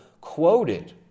quoted